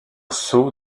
sceau